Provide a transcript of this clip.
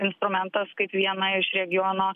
instrumentas kaip viena iš regiono